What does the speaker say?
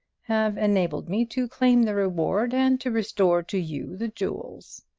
have enabled me to claim the reward and to restore to you the jewels.